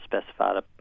specified